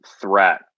threat